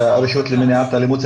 הרשות למניעת אלימות,